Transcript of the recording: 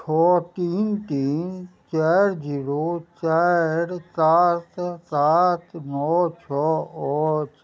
छओ तीन तीन चारि जीरो चारि सात सात नओ छओ अछि